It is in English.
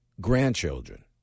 grandchildren